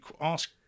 ask